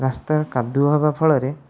ରାସ୍ତା କାଦୁଅ ହେବା ଫଳରେ